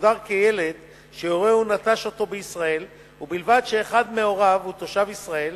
שמוגדר כ"ילד שהורהו נטש אותו בישראל ובלבד שאחד מהוריו הוא תושב ישראל